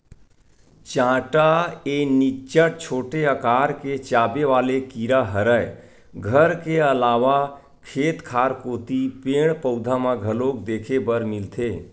चाटा ए निच्चट छोटे अकार के चाबे वाले कीरा हरय घर के अलावा खेत खार कोती पेड़, पउधा म घलोक देखे बर मिलथे